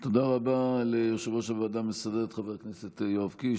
תודה רבה ליושב-ראש הוועדה המסדרת חבר הכנסת יואב קיש.